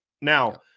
now